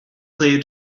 player